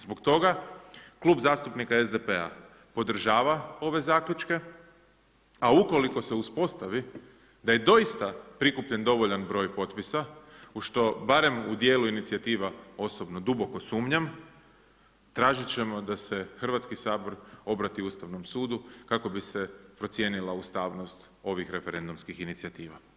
Zbog toga Klub zastupnika SDP-a podržava ove zaključke, a ukoliko se uspostavi da je doista prikupljen dovoljan broj potpisa, u što barem u dijelu inicijativa osobno duboko sumnjam, tražit ćemo da se Hrvatski sabor obrati Ustavnom sudu kako bi se procijenila ustavnost ovih referendumskih inicijativa.